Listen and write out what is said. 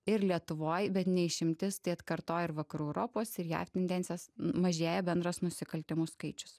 ir lietuvoj bet ne išimtis tai atkartoja ir vakarų europos ir jav tendencijos mažėja bendras nusikaltimų skaičius